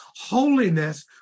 Holiness